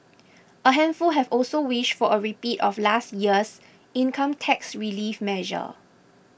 a handful have also wished for a repeat of last year's income tax relief measure